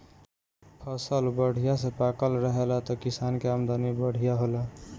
फसल बढ़िया से पाकल रहेला त किसान के आमदनी बढ़िया होला